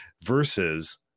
versus